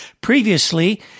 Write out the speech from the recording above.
Previously